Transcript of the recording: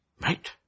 right